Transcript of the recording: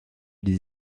ils